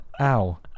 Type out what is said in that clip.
Ow